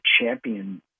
champion